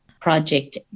project